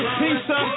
pizza